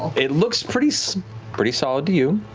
it looks pretty so pretty solid to you.